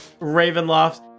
Ravenloft